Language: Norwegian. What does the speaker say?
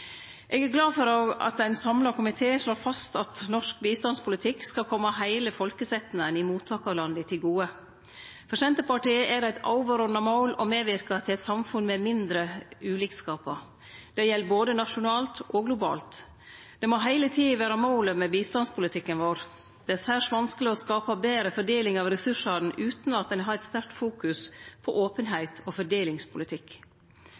Eg er glad for at ein samla komité slår fast at norsk bistandspolitikk skal kome heile folkesetnaden i mottakarlanda til gode. For Senterpartiet er det eit overordna mål å medverke til eit samfunn med færre ulikskapar. Det gjeld både nasjonalt og globalt. Det må heile tida vere målet med bistandspolitikken vår. Det er særs vanskeleg å skape betre fordeling av ressursane utan at ein har ei sterkare fokusering på